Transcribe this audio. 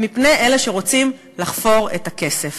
מפני אלה שרוצים לחפור את הכסף.